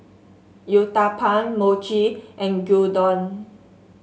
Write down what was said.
Uthapam Mochi and Gyudon